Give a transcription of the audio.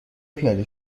پیاده